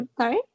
sorry